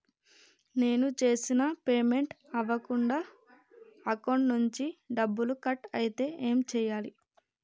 నేను చేసిన పేమెంట్ అవ్వకుండా అకౌంట్ నుంచి డబ్బులు కట్ అయితే ఏం చేయాలి?